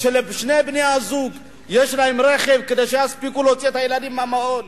כשלשני בני הזוג יש כלי רכב כדי שיספיקו להוציא את הילדים מהמעון,